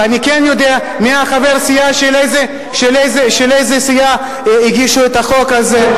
ואני כן יודע מי חברי הסיעה של איזו סיעה הגישו את החוק הזה.